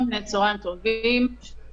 אני מנסה עכשיו להשתמש בך.